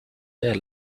there